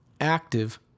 active